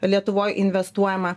lietuvoj investuojama